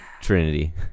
Trinity